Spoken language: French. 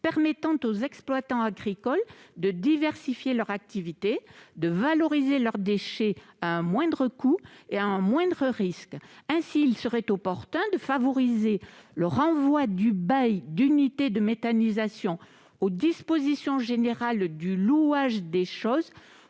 permettant aux exploitants agricoles de diversifier leurs activités, de valoriser leurs déchets à un moindre coût et à un moindre risque. Il serait opportun de favoriser le renvoi du bail d'unité de méthanisation aux dispositions générales du louage des choses